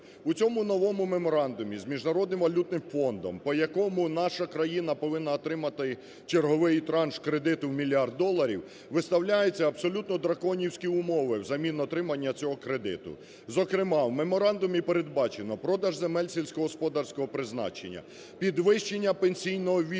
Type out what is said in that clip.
У цьому новому меморандумі з Міжнародним валютним фондом, по якому наша країна повинна отримати черговий транш кредиту в мільярд доларів, виставляються абсолютно драконівські умову взамін на отримання цього кредиту. Зокрема, в меморандумі передбачено: продаж земель сільськогосподарського призначення, підвищення пенсійного віку для